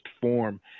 form